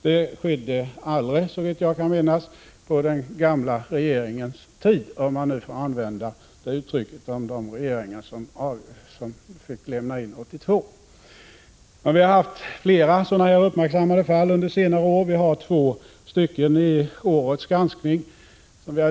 Det skedde aldrig, såvitt jag kan minnas, på den gamla regeringens tid, om man nu får använda det uttrycket med avseende på de borgerliga regeringar av vilka den sista fick ”lämna in” 1982. Vi har haft flera uppmärksammade fall av detta slag under senare år. Två har lyfts fram vid årets granskning.